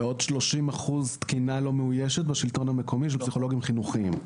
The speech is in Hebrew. ועוד 30 אחוז תקינה לא מאוישת בשלטון המקומי של פסיכולוגים חינוכיים.